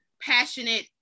passionate